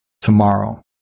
tomorrow